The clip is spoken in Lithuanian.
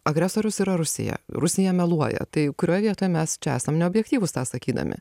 agresorius yra rusija rusija meluoja tai kurioj vietoj mes čia esam neobjektyvūs tą sakydami